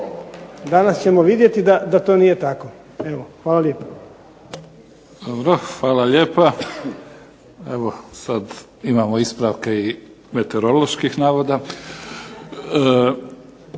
Danas ćemo vidjeti da to nije tako. Hvala lijepa. **Mimica, Neven (SDP)** Hvala lijepa. Evo sada imamo ispravke i meteoroloških navoda.